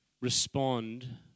respond